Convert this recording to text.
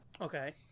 Okay